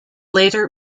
later